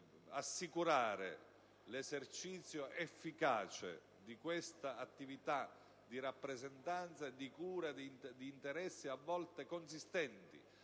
assicurare l'esercizio efficace di questa attività di rappresentanza e di cura di interessi, a volte consistenti